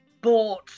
bought